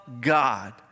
God